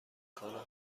کنم